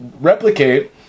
replicate